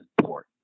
important